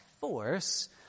force